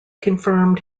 confirmed